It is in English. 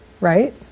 right